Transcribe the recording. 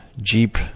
Jeep